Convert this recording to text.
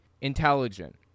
intelligent